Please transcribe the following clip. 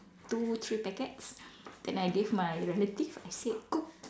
two three packets then I gave my relative I said cook